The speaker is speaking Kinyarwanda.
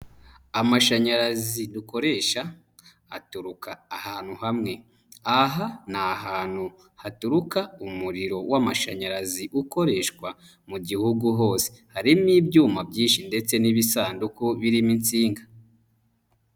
Amashanyarazi dukoresha aturuka ahantu hamwe. Aha ni ahantu haturuka umuriro w'amashanyarazi ukoreshwa mu Gihugu hose. Harimo ibyuma byinshi ndetse n'ibisanduku birimo insinga.